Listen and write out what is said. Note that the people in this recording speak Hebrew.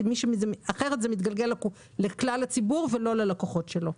אחרת זה מתגלגל על כל הציבור ולא על הלקוחות שלו.